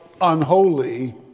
unholy